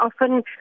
often